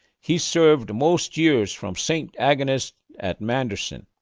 he served most years from st. agnes at manderson.